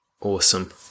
Awesome